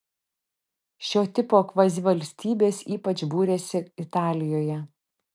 šio tipo kvazivalstybės ypač būrėsi italijoje